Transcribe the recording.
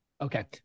Okay